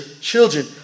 children